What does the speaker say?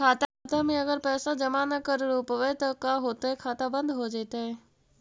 खाता मे अगर पैसा जमा न कर रोपबै त का होतै खाता बन्द हो जैतै?